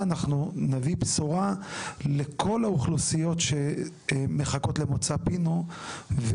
אנחנו נביא בשורה לכל האוכלוסיות שמחכות למוצא פינו,